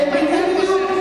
הם מבינים בדיוק.